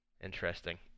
interesting